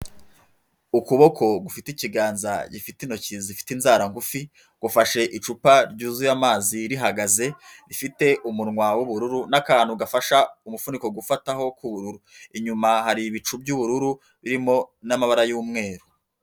Ukuboko gufite ikiganza gifite intoki zifite inzara ngufi, gufashe icupa ryuzuye amazi rihagaze rifite umunwa w'ubururu n'akantu gafasha umufuniko gufataho k'ubururu. Inyuma hari ibicu by'ubururu birimo n'amabara y'umweru.